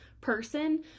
person